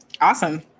Awesome